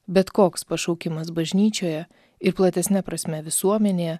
bet koks pašaukimas bažnyčioje ir platesne prasme visuomenėje